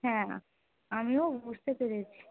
হ্যাঁ আমিও বুঝতে পেরেছি